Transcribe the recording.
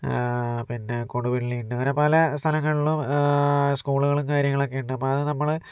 പിന്നെ കൊടുവള്ളി ഉണ്ട് അങ്ങനെ പലസ്ഥലങ്ങളിലും സ്കൂളുകളും കാര്യങ്ങളൊക്കെണ്ട് അപ്പോൾ അത് നമ്മള്